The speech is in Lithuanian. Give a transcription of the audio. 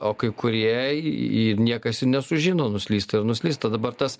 o kai kurie ir niekas ir nesužino nuslysta ir nuslysta dabar tas